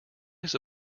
his